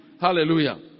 Hallelujah